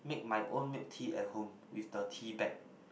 make my own milk tea at home with the tea bag